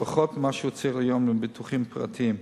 פחות ממה שהוא צריך היום לביטוחים הפרטיים.